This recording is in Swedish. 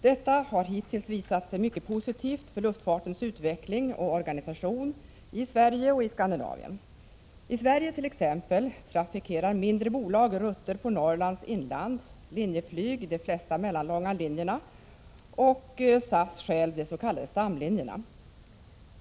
Detta har hittills visat sig mycket positivt för luftfartens utveckling och organisation i Sverige och i Skandinavien. I Sverige t.ex. trafikerar mindre bolag rutter på Norrlands inland, Linjeflyg de flesta mellanlånga linjerna och SAS självt de s.k. stamlinjerna.